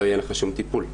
לא יהיה לך שום טיפול.